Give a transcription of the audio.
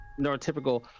neurotypical